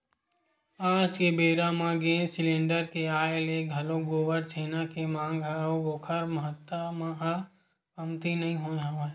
आज के बेरा म गेंस सिलेंडर के आय ले घलोक गोबर छेना के मांग ह अउ ओखर महत्ता ह कमती नइ होय हवय